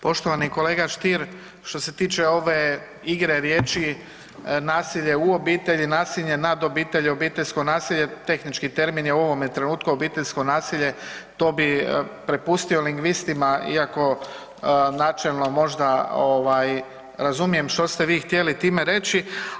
Poštovani kolega Stier, što se tiče ove igre riječi nasilje u obitelji, nasilje nad obitelji, obiteljsko nasilje tehnički termin je u ovome trenutku obiteljsko nasilje to bih prepustio lingvistima, iako načelno možda razumijem što ste vi htjeli time reći.